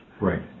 Right